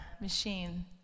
machine